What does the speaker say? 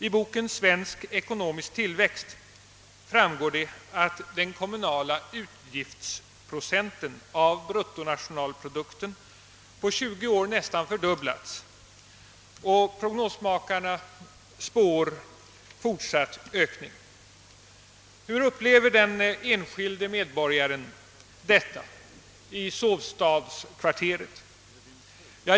Av boken »Svensk ekonomisk tillväxt» framgår det att den kommunala utgiftsprocenten av bruttonationalprodukten på 20 år nästan fördubblats. Prognosmakarna spår fortsatt ökning. Hur upplever den enskilde medborgaren detta i sovstadskvarteret?